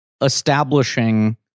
establishing